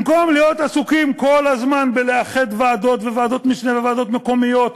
במקום להיות עסוקים כל הזמן בלאחד ועדות וועדות משנה וועדות מקומיות,